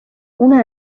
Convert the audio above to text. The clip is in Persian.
اون